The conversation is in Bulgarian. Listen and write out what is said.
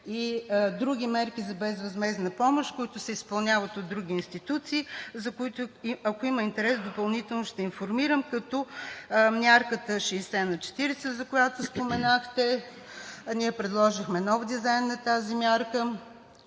и други мерки за безвъзмездна помощ, изпълняващи се от други институции, за които, ако има интерес, допълнително ще информирам, като: мярката 60/40, за която споменахте – ние предложихме нов дизайн на тази мярка,